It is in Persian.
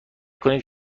کنید